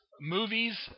movies